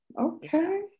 Okay